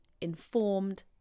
informed